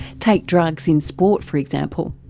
take drugs in sport for example.